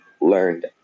learned